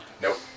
Nope